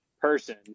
person